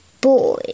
boy